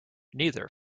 neither